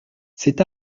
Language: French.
c’est